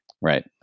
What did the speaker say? Right